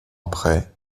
après